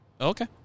okay